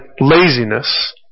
laziness